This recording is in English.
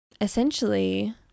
essentially